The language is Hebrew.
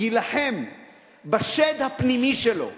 יילחם בשד הפנימי שלו,